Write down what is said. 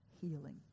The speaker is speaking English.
Healing